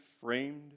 framed